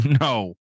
no